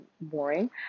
boring